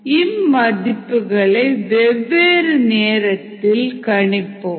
ln cc cO2 மதிப்புகளை வெவ்வேறு நேரத்தில் கணிப்போம்